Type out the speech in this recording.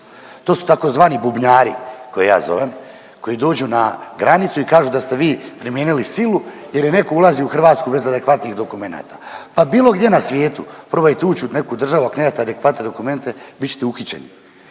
To su tzv. bubnjari koje ja zovem koji dođu granicu i kažu da ste vi primijenili silu jer je netko ulazio u Hrvatsku bez adekvatnih dokumenata, pa bilo gdje na svijetu probajte ući u neku državu, ako nemate adekvatne dokumente bit ćete uhićeni.